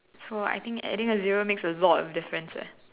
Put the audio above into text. so I think adding a zero makes a lot of difference eh